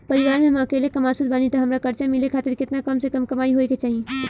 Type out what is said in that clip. परिवार में हम अकेले कमासुत बानी त हमरा कर्जा मिले खातिर केतना कम से कम कमाई होए के चाही?